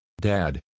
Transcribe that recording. Dad